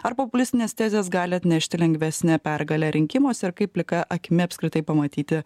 ar populistinės tezės gali atnešti lengvesnę pergalę rinkimuose ir kaip plika akimi apskritai pamatyti